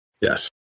Yes